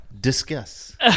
Discuss